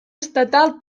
estatal